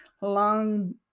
Long